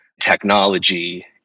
technology